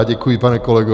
Děkuji, pane kolego.